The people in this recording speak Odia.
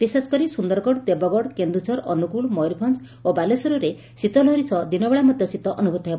ବିଶେଷକରି ସୁନ୍ଦରଗଡ଼ ଦେବଗଡ କେନୁଝର ଅନୁଗୁଳ ମୟରଭଞ୍ ଓ ବାଲେଶ୍ୱରରେ ଶୀତ ଲହରୀ ସହ ଦିନବେଳା ମଧ ଶୀତ ଅନୁଭୂତ ହେବ